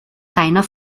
reiner